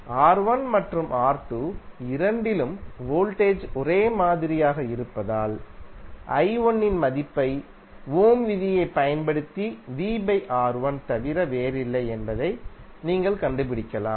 R1 மற்றும் R2 இரண்டிலும் voltage ஒரே மாதிரியாக இருப்பதால் i1 இன் மதிப்பைஓம்விதியைப்பயன்படுத்தி தவிர வேறில்லை என்பதை நீங்கள் கண்டுபிடிக்கலாம்